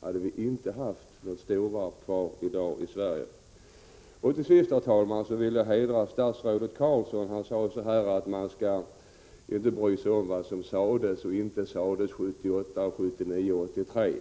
hade vi inte haft några storvarv kvar i Sverige. Till sist vill jag hedra statsrådet Carlsson. Han sade att man inte skall bry sig om vad som hade sagts eller inte sagts 1978, 1979 och 1983.